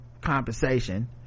compensation